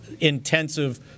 intensive